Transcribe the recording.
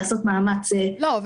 לעשות מאמץ --- לא,